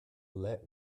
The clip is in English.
let